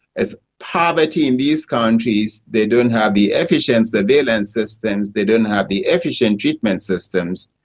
is poverty in these countries. they don't have the efficient surveillance systems, they don't have the efficient treatment systems,